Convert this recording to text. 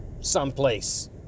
someplace